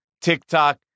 TikTok